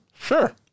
Sure